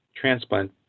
transplant